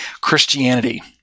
christianity